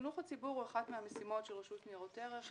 חינוך הציבור הוא אחת מהמשימות של רשות ניירות ערך.